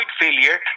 failure